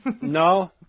No